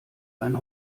ein